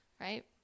right